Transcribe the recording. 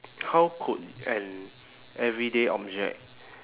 how could an everyday object